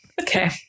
Okay